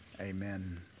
Amen